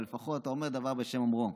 אבל לפחות "האומר דבר בשם אומרו".